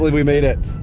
we made it.